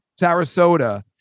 Sarasota